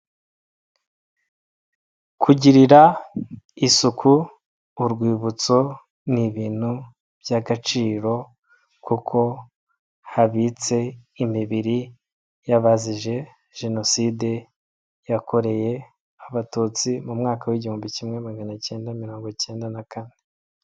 Kugirira isuku urwibutso ni ibintu by'a agaciro, kuko habitse imibiri y'abazize Jenoside yakorewe Abatutsi mu mwaka w igihumbi kimwe maganacyenda mirongo icyenda na kane.